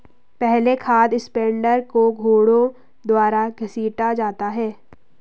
पहले खाद स्प्रेडर को घोड़ों द्वारा घसीटा जाता था